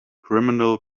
criminal